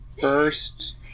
first